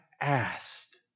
asked